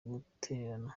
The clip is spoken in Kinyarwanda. gutererana